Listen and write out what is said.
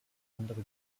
andere